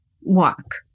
walk